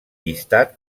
llistat